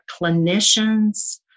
clinicians